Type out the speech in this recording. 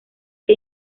que